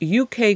UK